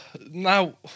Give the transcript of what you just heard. now